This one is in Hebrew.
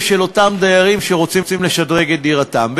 של אותם דיירים שרוצים לשדרג את דירתם.